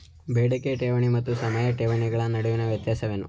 ಬೇಡಿಕೆ ಠೇವಣಿ ಮತ್ತು ಸಮಯ ಠೇವಣಿಗಳ ನಡುವಿನ ವ್ಯತ್ಯಾಸವೇನು?